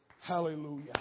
Hallelujah